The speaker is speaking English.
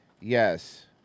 yes